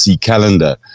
calendar